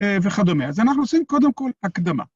וכדומה. אז אנחנו עושים קודם כול הקדמה.